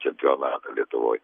čempionatą lietuvoj